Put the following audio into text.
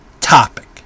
topic